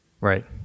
Right